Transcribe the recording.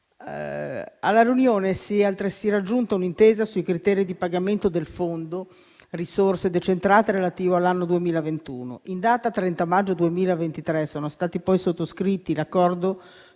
Alla riunione si è altresì raggiunta un'intesa sui criteri di pagamento del fondo risorse decentrate relativo all'anno 2021. In data 30 maggio 2023 sono stati poi sottoscritti l'accordo